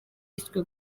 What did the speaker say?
yiswe